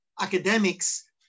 academics